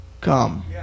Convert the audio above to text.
come